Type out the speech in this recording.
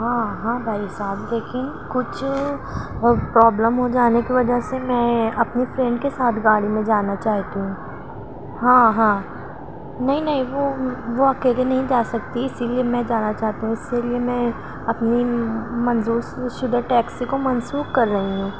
ہاں ہاں بھائی صاحب لیکن کچھ پرابلم ہو جانے کی وجہ سے میں اپنی فرینڈ کے ساتھ گاڑی میں جانا چاہتی ہوں ہاں ہاں نہیں نہیں وہ وہ اکیلے نہیں جا سکتی اسی لیے میں جانا چاہتی ہوں اسی لیے میں اپنی منظور شدہ ٹیکسی کو مسنوخ کر رہی ہوں